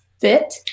fit